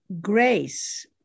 grace